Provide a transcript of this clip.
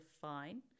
fine